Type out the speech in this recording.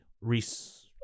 reese